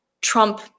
Trump